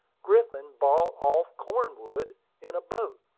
griffin brought off cornwood in a boat.